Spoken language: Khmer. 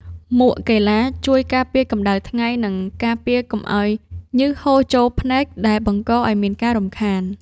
មួកកីឡាជួយការពារកម្ដៅថ្ងៃ និងការពារកុំឱ្យញើសហូរចូលភ្នែកដែលបង្កឱ្យមានការរំខាន។